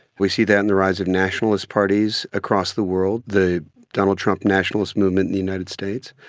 we see that in the rise of nationalist parties across the world, the donald trump nationalist movement in the united states.